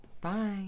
bye